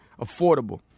affordable